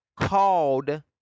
Called